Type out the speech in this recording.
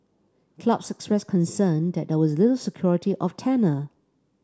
clubs expressed concern that there was little security of tenure